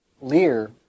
Lear